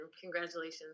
congratulations